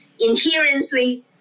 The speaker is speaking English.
inherently